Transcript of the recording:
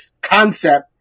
concept